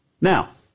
Now